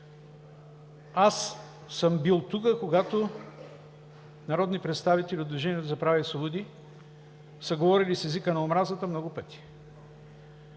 Аз съм бил тук, когато народни представители от Движението за права и свободи са говорили с езика на омразата много пъти,